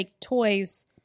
toys